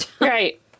Right